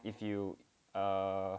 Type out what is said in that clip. if you uh